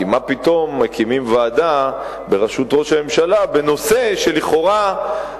כי מה פתאום מקימים ועדה בראשות ראש הממשלה בנושא שלכאורה,